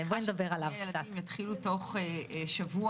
חיסוני הילדים יתחילו תוך שבוע,